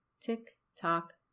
tick-tock